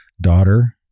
daughter